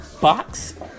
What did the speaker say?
box